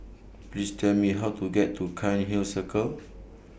Please Tell Me How to get to Cairnhill Circle